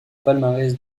palmarès